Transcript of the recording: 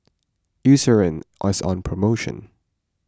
Eucerin is on promotion